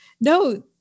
no